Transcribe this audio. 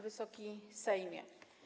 Wysoki Sejmie!